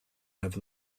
have